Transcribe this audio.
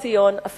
אפילו על ירושלים,